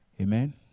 Amen